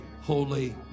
holy